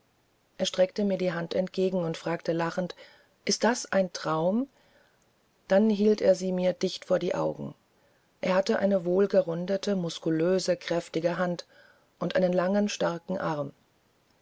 er streckte mir die hand entgegen und fragte lachend ist das ein traum dann hielt er sie mir dicht vor die augen er hatte eine wohlgerundete muskulöse kräftige hand und einen langen starken arm